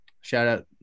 shout-out